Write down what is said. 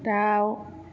दाउ